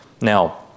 Now